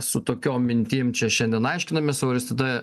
su tokiom mintim čia šiandien aiškinamės auristida